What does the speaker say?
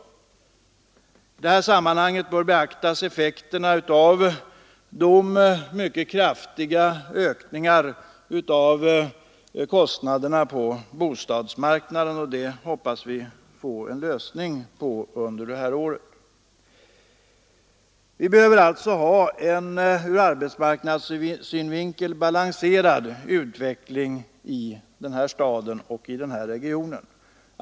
I detta sammanhang bör man beakta effekterna av de mycket kraftiga ökningarna av kostnaderna på bostadsmarknaden, och vi hoppas få en lösning på det problemet under det här året. Vi behöver alltså ha en ur arbetsmarknadssynvinkel balanserad utveckling i den här staden och i den här regionen.